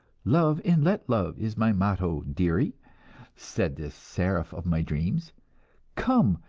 love and let love is my motto, dearie said this seraph of my dreams come,